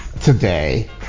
today